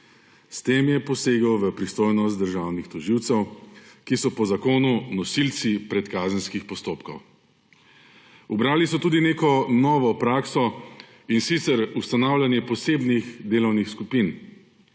S tem je posegel v pristojnost državnih tožilcev, ki so po zakonu nosilci predkazenskih postopkov. Ubrali so tudi neko novo prakso, in sicer ustanavljanje posebnih delovnih skupin.